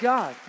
God